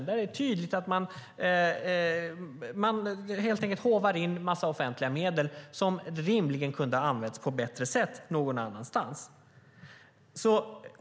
Det är tydligt att man helt enkelt håvar in en massa offentliga medel som rimligen kunde ha använts på bättre sätt någon annanstans.